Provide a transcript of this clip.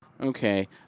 Okay